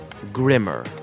grimmer